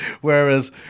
Whereas